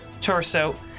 torso